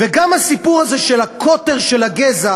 וגם הסיפור הזה של הקוטר של הגזע,